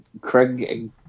Craig